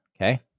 Okay